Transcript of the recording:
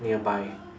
nearby